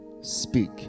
speak